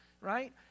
right